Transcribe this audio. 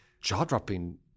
jaw-dropping